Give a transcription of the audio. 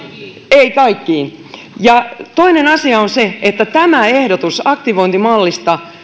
ei kaikkiin toinen asia on se että tämä ehdotus aktivointimallista